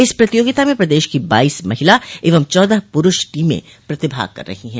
इस प्रतियोगिता में प्रदेश की बाईस महिला एवं चौदह पुरूष टीमें प्रतिभाग कर रही है